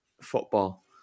football